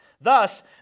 Thus